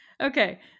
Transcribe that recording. okay